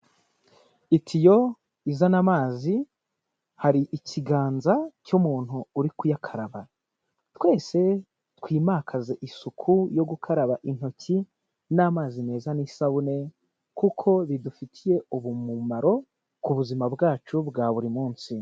Itiyo izana amazi, hari ikiganza cy'umuntu uri kuyakaraba. Twese twimakaze isuku yo gukaraba intoki n'amazi meza n'isabune kuko bidufitiye ubu umumaro ku buzima bwacu bwa buri munsi.